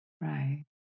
Right